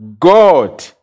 God